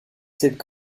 sept